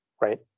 right